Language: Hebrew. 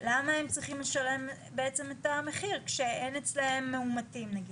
למה הם צריכים לשלם בעצם את המחיר כשאין אצלם מאומתים נגיד,